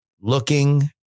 looking